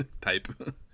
type